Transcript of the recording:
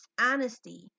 honesty